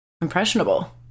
impressionable